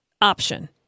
option